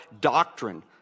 doctrine